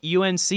UNC